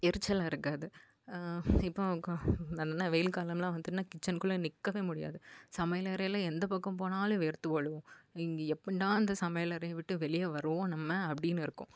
எரிச்சலாக இருக்காது இப்போ க நல்லா வெயில் காலம்லாம் வந்ததுன்னா கிச்சன்குள்ள நிற்கவே முடியாது சமையல் அறையில் எந்த பக்கம் போனாலும் வேர்த்து ஒழுவும் இங்கே எப்பிடின்டா அந்த சமையல் அறையை விட்டு வெளிய வருவோம் நம்ம அப்படின்னு இருக்கும்